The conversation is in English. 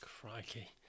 Crikey